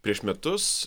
prieš metus